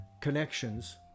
connections